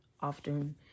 often